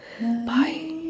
bye